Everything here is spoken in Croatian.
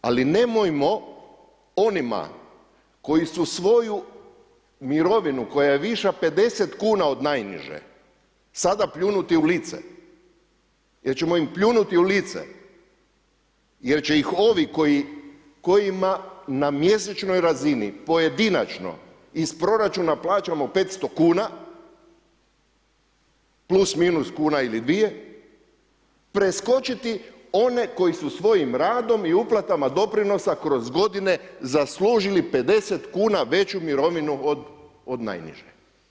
Ali nemojmo onima koji su svoju mirovinu koja je viša 50 kuna od najniže sada pljunuti u lice jer ćemo im pljunuti u lice, jer će ih ovi kojima na mjesečnoj razini pojedinačno iz proračuna plaćamo 500 kuna, plus minus kuna ili dvije, preskočiti one koji su svojim radom i uplatama doprinosa kroz godine zaslužili 50 kuna veću mirovinu od najniže.